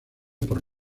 por